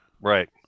Right